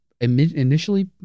initially